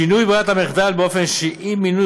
שינוי ברירת המחדל באופן שאי-מינוי